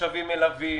חשבים מלווים,